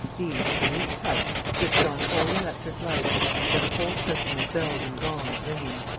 these, at the least touch, switched on all the electric lights and set a whole system of bells and gongs ringing.